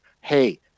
hey